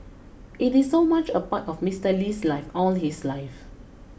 it is so much a part of Mister Lee's life all his life